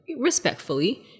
respectfully